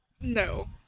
No